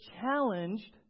challenged